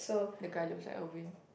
the guy looks like Erwin